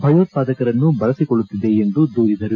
ಭಯೋತ್ವಾದಕರನ್ನು ಬಳಸಿಕೊಳ್ಳುತ್ತಿದೆ ಎಂದು ದೂರಿದರು